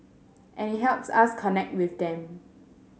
and it helps us connect with them